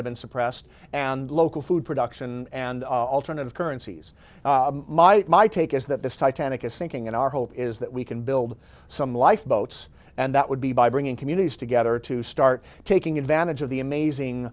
have been suppressed and local food production and alternative currencies mike my take is that this titanic is sinking and our hope is that we can build some lifeboats and that would be by bringing communities together to start taking advantage of the